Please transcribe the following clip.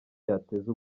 yateza